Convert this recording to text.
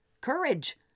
Courage